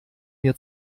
mir